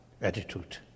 attitude